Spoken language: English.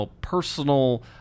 personal